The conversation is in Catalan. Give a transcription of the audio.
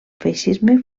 feixisme